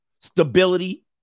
stability